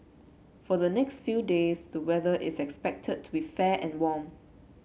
for the next few days the weather is expected to be fair and warm